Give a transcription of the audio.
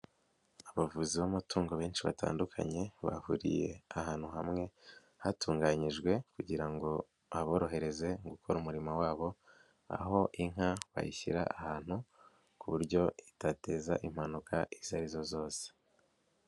Abavuzi b'amatungo benshi batandukanye bahuriye ahantu hamwe, hatunganyijwe kugira ngo aborohereze gukora umurimo wabo, aho inka bayishyira ahantu ku buryo itateza impanuka izo arizo zose.